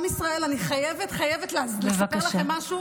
עם ישראל, אני חייבת, חייבת לספר לכם משהו,